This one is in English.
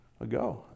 ago